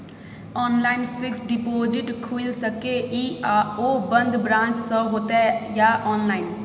Online fixed deposit खुईल सके इ आ ओ बन्द ब्रांच स होतै या ऑनलाइन?